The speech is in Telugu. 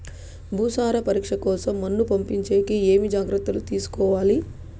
భూసార పరీక్ష కోసం మన్ను పంపించేకి ఏమి జాగ్రత్తలు తీసుకోవాలి?